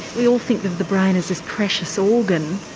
we all think that the brain is this precious organ.